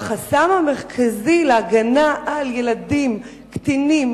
והחסם המרכזי להגנה על ילדים קטינים